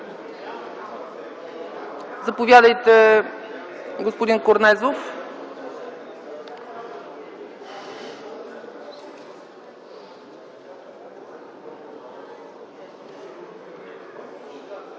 Заповядайте, господин Корнезов.